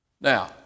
Now